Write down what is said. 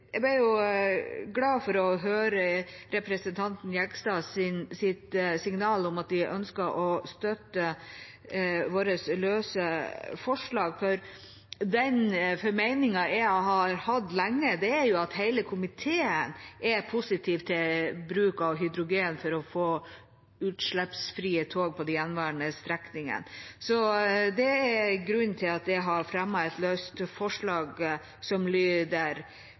å støtte vårt forslag nr. 2, for den formeningen jeg har hatt lenge, er at hele komiteen er positiv til bruk av hydrogen for å få utslippsfrie tog på de gjenværende strekningene. Det er grunnen til at jeg har fremmet forslaget, som lyder sånn: «Stortinget ber regjeringen vurdere oppstart av et